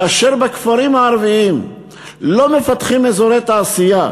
כאשר בכפרים הערביים לא מפתחים אזורי תעשייה,